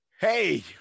Hey